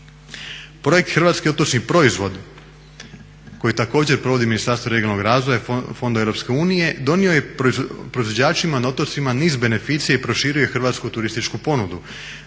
Projekt Hrvatski otočni proizvod koji također provodi Ministarstvo regionalnog razvoja i fondova EU donio je proizvođačima na otocima niz beneficija i proširio je hrvatsku turističku ponudu.